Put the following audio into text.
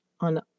on